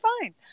fine